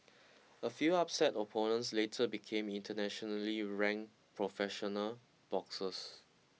a few upset opponents later became internationally ranked professional boxers